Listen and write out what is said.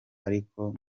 ariko